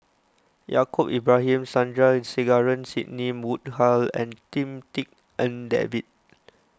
Yaacob Ibrahim Sandrasegaran Sidney Woodhull and Lim Tik En David